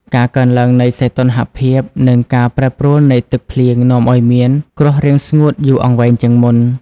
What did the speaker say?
ការកើនឡើងនៃសីតុណ្ហភាព និងការប្រែប្រួលនៃទឹកភ្លៀងនាំឱ្យមានគ្រោះរាំងស្ងួតយូរអង្វែងជាងមុន។